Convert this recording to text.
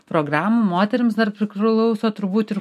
programų moterims dar priklauso turbūt ir